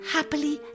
Happily